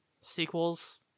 sequels